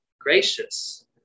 Gracious